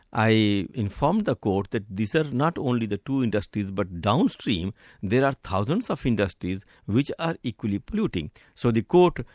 i informed the court that these are sort of not only the two industries, but downstream there are thousands of industries which are equally polluting so the court,